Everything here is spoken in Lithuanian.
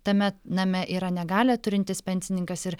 tame name yra negalią turintis pensininkas ir